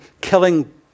killing